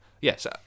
yes